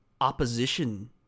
opposition